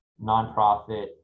nonprofit